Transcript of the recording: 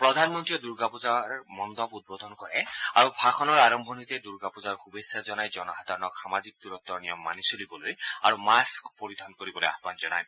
প্ৰধানমন্ত্ৰীয়ে দূৰ্গা পূজাৰ মণ্ডপ উদ্বোধন কৰে আৰু ভাষণৰ আৰম্ভণিতে দূৰ্গা পূজাৰ শুভেচ্ছা জনাই জনসাধাৰণক সামাজিক দূৰত্বৰ নিয়ম মানি চলিবলৈ আৰু মাস্ক পৰিধান কৰিবলৈ আহান জনায়